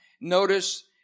Notice